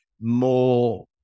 more